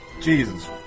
Jesus